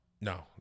No